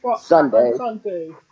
Sunday